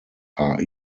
are